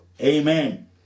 Amen